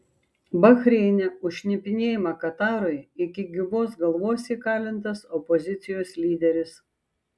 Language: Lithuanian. bahreine už šnipinėjimą katarui iki gyvos galvos įkalintas opozicijos lyderis